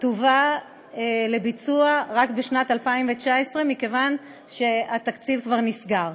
תובא לביצוע רק בשנת 2019 מכיוון שהתקציב כבר נסגר.